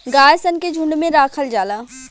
गाय सन के झुंड में राखल जाला